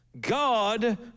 God